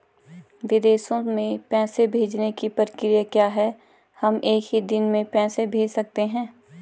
विदेशों में पैसे भेजने की प्रक्रिया क्या है हम एक ही दिन में पैसे भेज सकते हैं?